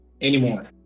anymore